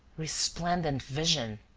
resplendent vision!